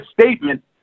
statement